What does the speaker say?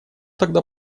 тогда